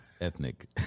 ethnic